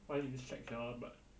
five in shag sia but